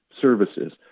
services